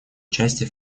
участие